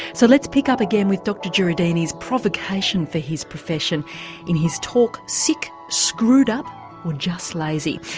so let's pick up again with dr jureidini's provocation for his profession in his talk, sick, screwed up or just lazy.